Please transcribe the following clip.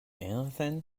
anthem